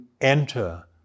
enter